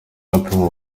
bapimwa